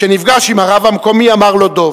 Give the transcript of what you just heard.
כשנפגש עם הרב המקומי, אמר לו דב: